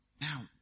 Now